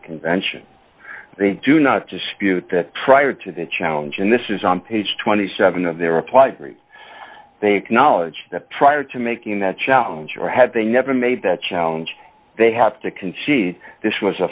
convention they do not dispute that prior to the challenge and this is on page twenty seven dollars of their reply they acknowledged that prior to making that challenge or had they never made that challenge they have to concede this was a